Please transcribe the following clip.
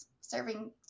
serving